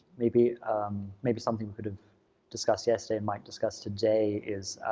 maybe maybe something we could've discussed yesterday and might discuss today is